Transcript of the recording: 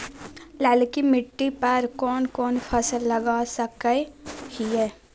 ललकी मिट्टी पर कोन कोन फसल लगा सकय हियय?